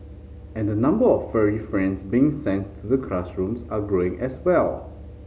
and the number of furry friends being sent to the classrooms are growing as well